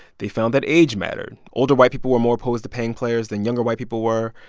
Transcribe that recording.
they found that age mattered. older white people were more opposed to paying players than younger white people were.